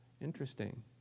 Interesting